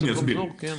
אני אסביר.